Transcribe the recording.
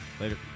Later